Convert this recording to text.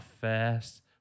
first